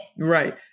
Right